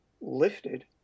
lifted